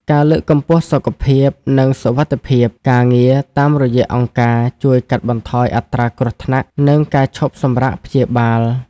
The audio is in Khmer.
ការលើកកម្ពស់សុខភាព និងសុវត្ថិភាពការងារតាមរយៈអង្គការ ជួយកាត់បន្ថយអត្រាគ្រោះថ្នាក់ និងការឈប់សម្រាកព្យាបាល។